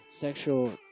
Sexual